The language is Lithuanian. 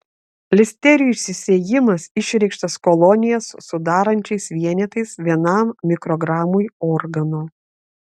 listerijų išsisėjimas išreikštas kolonijas sudarančiais vienetais vienam mikrogramui organo